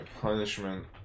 punishment